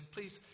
Please